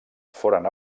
foren